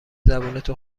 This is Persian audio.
زبونتو